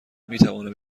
میتوانم